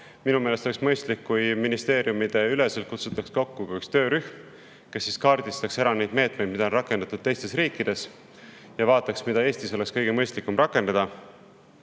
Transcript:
Minu meelest oleks mõistlik, kui ministeeriumideüleselt kutsutaks kokku töörühm, kes kaardistaks ära meetmed, mida on rakendatud teistes riikides, ja vaataks, mida Eestis oleks kõige mõistlikum rakendada.